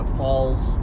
falls